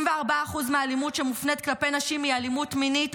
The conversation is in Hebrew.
74% מהאלימות שמופנית כלפי נשים היא אלימות מינית,